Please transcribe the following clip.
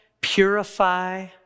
purify